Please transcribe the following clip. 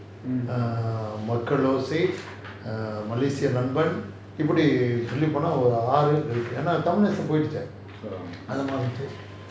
err Makkal ஓசை:makkal oosai err malaysia நண்பன் இப்பிடி சொல்லிட்டு போன ஒரு ஆறு இருக்கு ஏன்:nanban ipidi solitu ponaa oru aaru iruku yaen tamil Nesan போய்டுச்சே அத மாரி இஞ்சி:nesan poiduchae atha maari irunchi